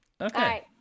Okay